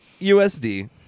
USD